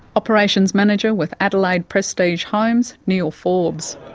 operations manager with adelaide prestige homes, neil forbes.